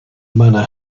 manor